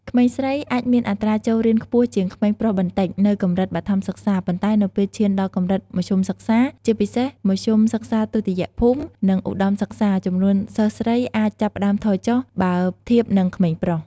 ក្មេងស្រីអាចមានអត្រាចូលរៀនខ្ពស់ជាងក្មេងប្រុសបន្តិចនៅកម្រិតបឋមសិក្សា ប៉ុន្តែ នៅពេលឈានដល់កម្រិតមធ្យមសិក្សា ជាពិសេសមធ្យមសិក្សាទុតិយភូមិ និងឧត្តមសិក្សា ចំនួនសិស្សស្រីអាចចាប់ផ្តើមថយចុះ បើធៀបនឹងក្មេងប្រុស។